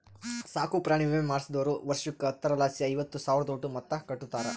ಸಾಕುಪ್ರಾಣಿ ವಿಮೆ ಮಾಡಿಸ್ದೋರು ವರ್ಷುಕ್ಕ ಹತ್ತರಲಾಸಿ ಐವತ್ತು ಸಾವ್ರುದೋಟು ಮೊತ್ತ ಕಟ್ಟುತಾರ